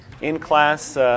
in-class